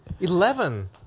Eleven